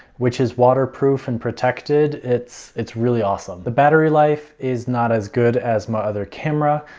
which is waterproof and protected. it's it's really awesome. the battery life is not as good as my other camera.